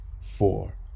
four